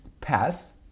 Pass